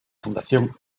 fundación